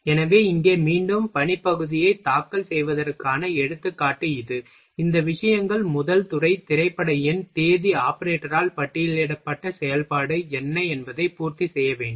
எனவே இங்கே மீண்டும் பணிப்பகுதியைத் தாக்கல் செய்வதற்கான எடுத்துக்காட்டு இது இந்த விஷயங்கள் முதல் துறை திரைப்பட எண் தேதி ஆபரேட்டரால் பட்டியலிடப்பட்ட செயல்பாடு என்ன என்பதை பூர்த்தி செய்ய வேண்டும்